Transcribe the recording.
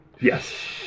Yes